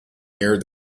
near